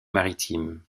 maritime